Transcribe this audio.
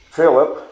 Philip